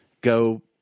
go